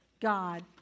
God